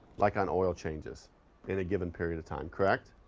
like, on oil changes in a given period of time, correct?